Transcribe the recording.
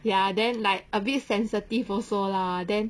ya then like a bit sensitive also lah then